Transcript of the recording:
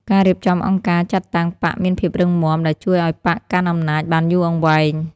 ការរៀបចំអង្គការចាត់តាំងបក្សមានភាពរឹងមាំ ដែលជួយឱ្យបក្សកាន់អំណាចបានយូរអង្វែង។